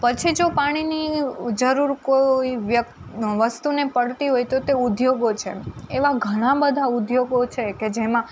પછી જો પાણીની જરૂર કોઈ વ્ય વસ્તુને પડતી હોય તો તે ઉદ્યોગો છે એવા ઘણાં બધાં ઉદ્યોગો છે કે જેમાં